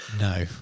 No